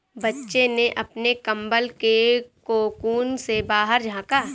बच्चे ने अपने कंबल के कोकून से बाहर झाँका